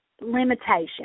limitation